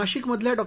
नाशिकमधल्या डॉ